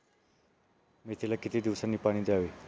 मेथीला किती दिवसांनी पाणी द्यावे?